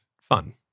fun